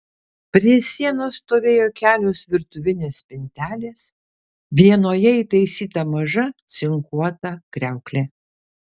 prie sienos stovėjo kelios virtuvinės spintelės vienoje įtaisyta maža cinkuota kriauklė